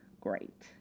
great